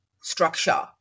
structure